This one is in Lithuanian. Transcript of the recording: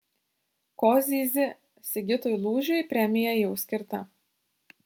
ko zyzi sigitui lūžiui premija jau skirta